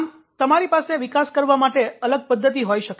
આમ તમારી પાસે વિકાસ કરવા માટે અલગ પદ્ધતિ હોઈ શકે